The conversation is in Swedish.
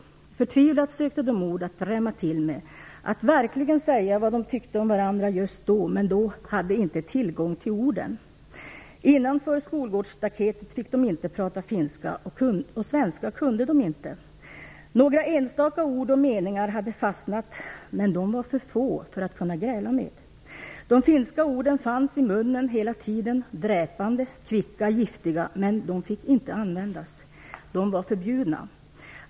Förtvivlat sökte de ord att drämma till med, att verkligen säga vad de tyckte om varandra just då men de hade inte tillgång till orden. Innanför skolgårdsstaketet fick de inte prata finska och svenska kunde de inte. Några enstaka ord och meningar hade fastnat men de var för få för att kunna gräla med. De finska orden fanns i munnen hela tiden, dräpande, kvicka, giftiga, men de fick inte användas. De var förbjudna.